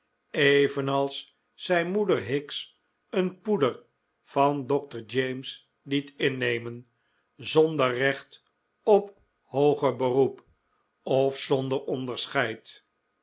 evenals zij moeder hicks een poeder van dokter james liet innemen zonder recht op hooger beroep of zonder onderscheid